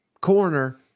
corner